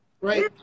Right